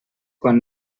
quan